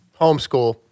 Homeschool